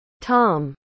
Tom